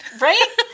Right